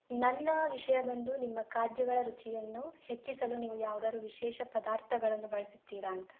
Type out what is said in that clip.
ನನ್ನ ವಿಷಯ ಬಂದು ನಿಮ್ಮ ಖಾದ್ಯಗಳ ರುಚಿಯನ್ನು ಹೆಚ್ಚಿಸಲು ನೀವು ಯಾವ್ದಾದ್ರೂ ವಿಶೇಷ ಪದಾರ್ಥಗಳನ್ನು ಬಳಸುತ್ತೀರಾ ಅಂತ